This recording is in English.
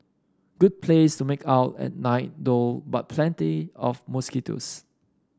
good place to make out at night though but plenty of mosquitoes